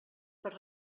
per